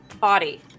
body